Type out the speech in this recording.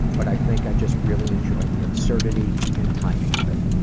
but i think i just really enjoyed the absurdity and timing of it.